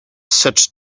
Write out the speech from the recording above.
such